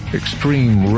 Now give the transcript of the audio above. extreme